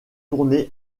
tournée